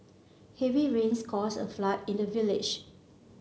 heavy rains caused a flood in the village